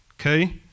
okay